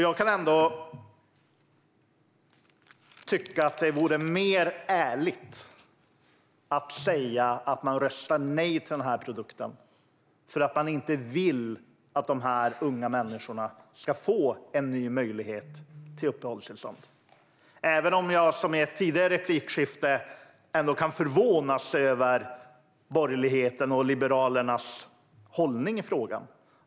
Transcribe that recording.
Jag kan ändå tycka att det vore ärligare om ni sa att ni röstar nej till den här produkten för att ni inte vill att dessa unga människor ska få en ny möjlighet till uppehållstillstånd. Som jag sa i ett tidigare replikskifte kan jag ändå förvånas över borgerlighetens och Liberalernas hållning i frågan.